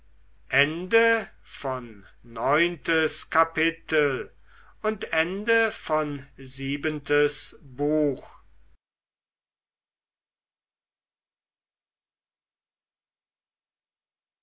neuntes kapitel so